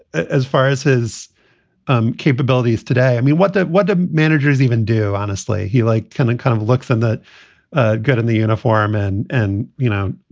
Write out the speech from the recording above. as far as his um capabilities today, i mean, what what the managers even do, honestly, he like kind of kind of looks and that good in the uniform. and and, you know,